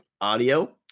audio